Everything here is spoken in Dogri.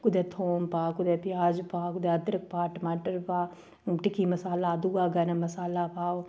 कुदै थोम पा कुदै प्याय पा कुदै अदरक पा टमाटर पा हून टिक्की मसाला दूआ गर्म मसाला पाओ